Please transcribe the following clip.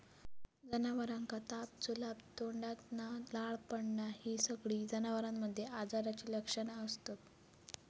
जनावरांका ताप, जुलाब, तोंडातना लाळ पडना हि सगळी जनावरांमध्ये आजाराची लक्षणा असत